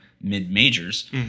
mid-majors